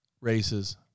races